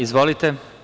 Izvolite.